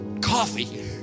coffee